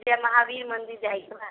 जे महावीर मन्दिर जाइके बा